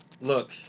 Look